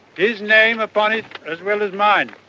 his name upon it as well as mine.